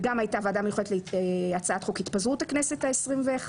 וגם הייתה ועדה מיוחדת להצעת חוק התפזרות הכנסת ה-21.